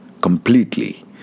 Completely